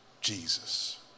Jesus